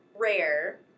rare